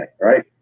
right